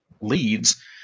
leads –